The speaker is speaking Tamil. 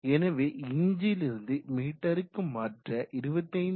எனவே இன்ச்லிருந்து மீட்டருக்கு மாற்ற 25